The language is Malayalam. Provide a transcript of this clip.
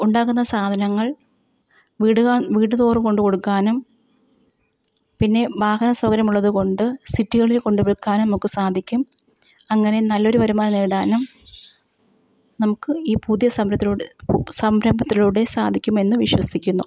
ഉണ്ടാകുന്ന സാധനങ്ങൾ വീടുക വീടു തോറും കൊണ്ടു കൊടുക്കാനും പിന്നെ വാഹന സൗകര്യം ഉള്ളതു കൊണ്ട് സിറ്റികളിൽ കൊണ്ടു കൊടുക്കാനും ഒക്കെ സാധിക്കും അങ്ങനെ നല്ലൊരു വരുമാനം നേടാനും നമുക്ക് ഈ പുതിയ സംരംഭത്തിലൂടെ സംരംഭത്തിലൂടെ സാധിക്കുമെന്നു വിശ്വസിക്കുന്നു